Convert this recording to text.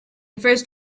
first